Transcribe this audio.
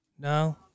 No